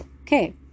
Okay